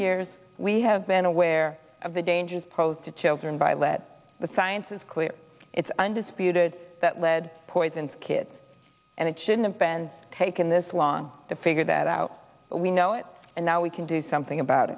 years we have been aware of the dangers posed to children by lead the science is clear it's undisputed that lead poisons kids and it should have been taken this long to figure that out we know it and now we can do something about